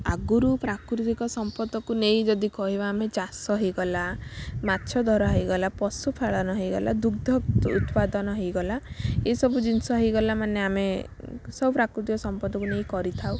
ଆଗରୁ ପ୍ରାକୃତିକ ସମ୍ପଦକୁ ନେଇ ଯଦି କହିବା ଆମେ ଚାଷ ହେଇଗଲା ମାଛ ଧରା ହେଇଗଲା ପଶୁପାଳନ ହେଇଗଲା ଦୁଗ୍ଧ ଉତ୍ପାଦନ ହେଇଗଲା ଏହିସବୁ ଜିନିଷ ହେଇଗଲା ମାନେ ଆମେ ସବୁ ପ୍ରାକୃତିକ ସମ୍ପଦକୁ ନେଇ କରିଥାଉ